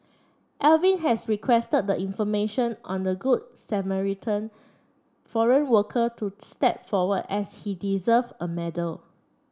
Alvin has requested the information on the Good Samaritan foreign worker to step forward as he deserve a medal